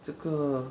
这个